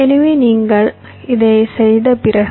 எனவே நீங்கள் இதைச் செய்த பிறகு